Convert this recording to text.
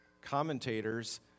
commentators